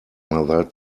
mother